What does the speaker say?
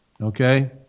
okay